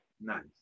Nice